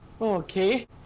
Okay